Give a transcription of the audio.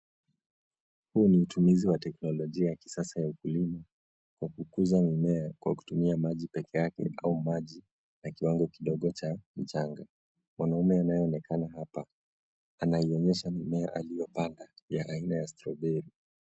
Huu ni utumizi wa teknolojia ya kisasa ya ukulima ya kukuza mimea kwa kutumia maji peke yake au maji na kiwangi kidogo cha mchanga. Mwanaume anayeonekana hapa anaionyesha mimea aliyopanda ya aina ya stroberi.